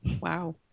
wow